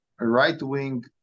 right-wing